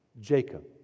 Jacob